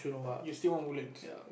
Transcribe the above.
you still want Woodlands